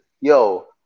yo